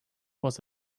was